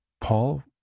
Paul